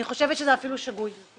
אני חושבת שהוא אפילו שגוי.